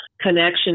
connection